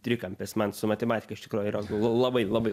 trikampis man su matematika iš tikrųjų yra labai labai